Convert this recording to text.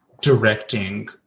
directing